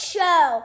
Show